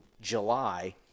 July –